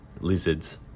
lizards